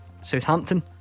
Southampton